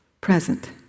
present